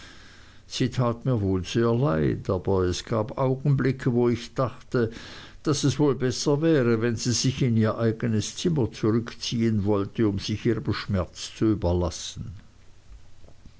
sie tat mir wohl sehr leid aber es gab augenblicke wo ich dachte daß es wohl besser wäre wenn sie sich in ihr eigenes zimmer zurückziehen wollte um sich ihrem schmerz zu überlassen